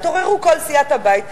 התעוררו כל סיעת הבית,